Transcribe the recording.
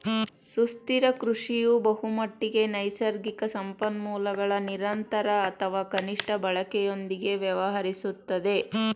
ಸುಸ್ಥಿರ ಕೃಷಿಯು ಬಹುಮಟ್ಟಿಗೆ ನೈಸರ್ಗಿಕ ಸಂಪನ್ಮೂಲಗಳ ನಿರಂತರ ಅಥವಾ ಕನಿಷ್ಠ ಬಳಕೆಯೊಂದಿಗೆ ವ್ಯವಹರಿಸುತ್ತದೆ